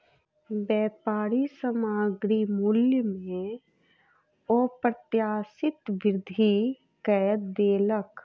व्यापारी सामग्री मूल्य में अप्रत्याशित वृद्धि कय देलक